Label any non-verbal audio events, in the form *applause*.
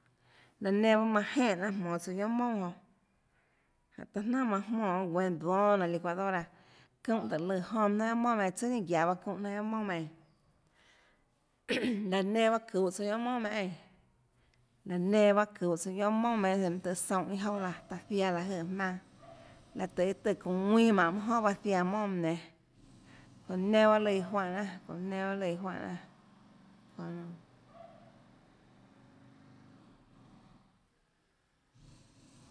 Laã nenã pahâ manã jenè jnanà jmonå tsouã guiohà mounàjonãjánhå taã jnanà manã jmonè guenå dónâ nainhå licuadora çúnhã tùhå lùã jonã jnanà guiohà mounà meinhâ meínãtsùà ninâ guiaå bahâ çúnhã jnanà guiohà mounà meinhâ eínã *noise* laã nenã pahâ çuhå tsouã guiohà mounà meinhâ eínã laã nenã pahâ çuhå tsouã guiohà mounà meinhâ mønâ tøhê soúnhã iâ jouà laã aã ziaã láhå jøè jmaønâ láhå tøhê iâ tùã çounã ðuinã mánhå iâ jonà manã zianã mounà meinhâ nénâ çonãnenã pahâ lùã iã juánhã jnanà çonãnenã pahâ lùã iã juánhã jnanà*ruido*